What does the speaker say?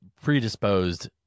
predisposed